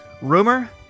Rumor